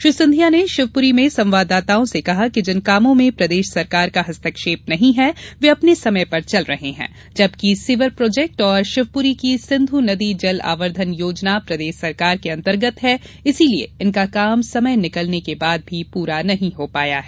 श्री सिंधिया ने शिवपूरी में संवाददाताओं से कहा कि जिन कामों में प्रदेश सरकार का हस्तक्षेप नहीं है वे अपने समय पर चल रहे हैं जबकि सीवर प्रोजेक्ट और शिवपुरी की सिंधू नदी जल आवर्धन योजना प्रदेश सरकार के अंतर्गत है इसलिए इनका काम समय निकलने के बाद भी पूरा नहीं हो पाया है